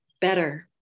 better